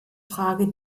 frage